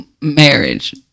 marriage